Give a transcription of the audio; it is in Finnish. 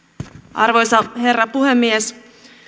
arvoisa herra puhemies